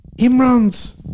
Imran's